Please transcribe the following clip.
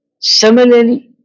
Similarly